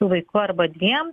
su vaiku arba dviem